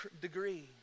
degree